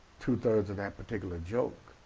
two-thirds of that particular joke,